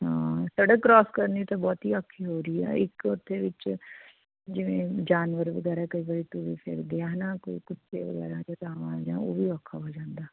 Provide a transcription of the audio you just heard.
ਹਾਂ ਸੜਕ ਕ੍ਰੋਸ ਕਰਨੀ ਤਾਂ ਬਹੁਤ ਹੀ ਔਖੀ ਹੋ ਰਹੀ ਆ ਇੱਕ ਉੱਥੇ ਵਿੱਚ ਜਿਵੇਂ ਜਾਨਵਰ ਵਗੈਰਾ ਕਈ ਵਾਰੀ ਤੁਰੇ ਫਿਰਦੇ ਆ ਹੈ ਨਾ ਕੋਈ ਕੁੱਤੇ ਵਗੈਰਾ ਜਾਂ ਗਾਵਾਂ ਜਾਂ ਉਹ ਵੀ ਔਖਾ ਹੋ ਜਾਂਦਾ